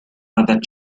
other